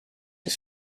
des